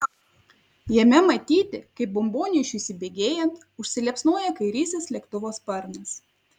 jame matyti kaip bombonešiui įsibėgėjant užsiliepsnoja kairysis lėktuvo sparnas